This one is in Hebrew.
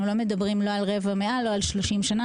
לא מדברים לא על רבע מאה ולא על 30 שנים,